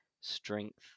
strength